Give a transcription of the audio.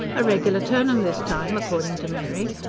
a regular turnham this time, according to mary.